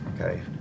okay